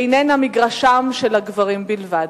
איננה מגרשם של הגברים בלבד.